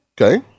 Okay